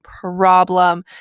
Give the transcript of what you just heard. Problem